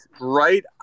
right